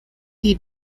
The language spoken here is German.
die